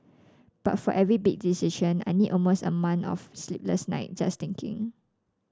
but for every big decision I need almost a month of sleepless night just thinking